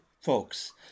folks